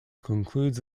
concludes